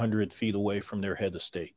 hundred feet away from their head of state